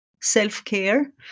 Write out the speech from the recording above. self-care